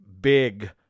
big